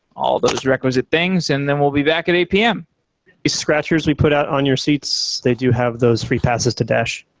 all those requisite things and then we'll be back at eight p m scratchers we put out on your seats, they do have those free passes to dash